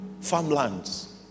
farmlands